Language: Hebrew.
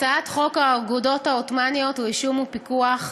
הצעת חוק האגודות העות'מאניות (רישום ופיקוח),